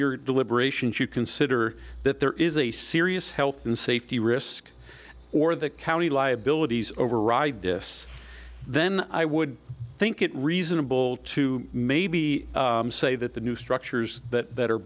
your deliberations you consider that there is a serious health and safety risk or the county liabilities override this then i would think it reasonable to maybe say that the new structures that